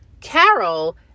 Carol